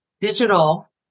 Digital